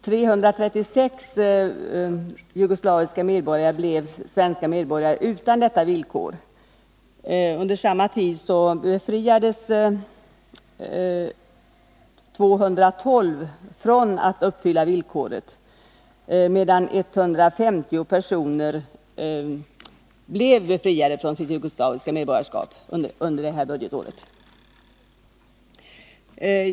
336 jugoslaviska medborgare blev svenska medborgare utan detta villkor. Under samma budgetår befriades 212 personer från kravet att uppfylla villkoret, medan 150 personer blev befriade från sitt jugoslaviska medborgarskap.